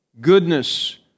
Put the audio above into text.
Goodness